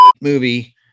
movie